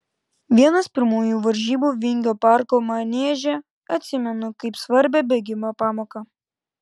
vienas pirmųjų varžybų vingio parko manieže atsimenu kaip svarbią bėgimo pamoką